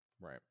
Right